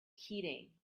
heating